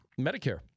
Medicare